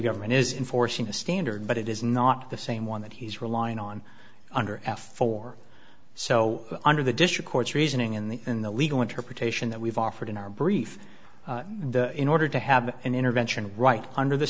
government is in forcing a standard but it is not the same one that he's relying on under f for so under the district courts reasoning in the in the legal interpretation that we've offered in our brief and in order to have an intervention right under the